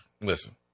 Listen